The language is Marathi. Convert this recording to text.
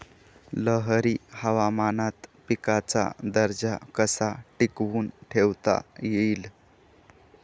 लहरी हवामानात पिकाचा दर्जा कसा टिकवून ठेवता येईल?